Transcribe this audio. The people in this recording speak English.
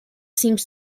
seems